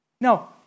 No